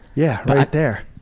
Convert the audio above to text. yeah right there.